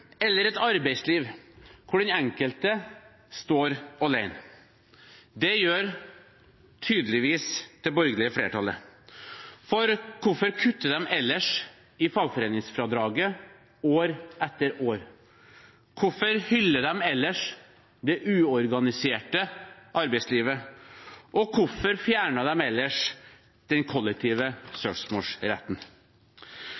eller et arbeidsliv, hvor den enkelte står alene. Det gjør tydeligvis det borgerlige flertallet. Hvorfor kutter de ellers i fagforeningsfradraget år etter år? Hvorfor hyller de ellers det uorganiserte arbeidslivet? Og hvorfor fjerner de ellers den kollektive